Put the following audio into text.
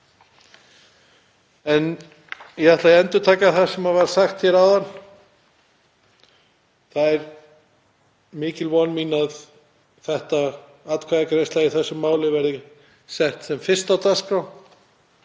Ég ætla að endurtaka það sem var sagt hér áðan: Það er mikil von mín að atkvæðagreiðsla í þessu máli verði sett sem fyrst á dagskrá